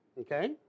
Okay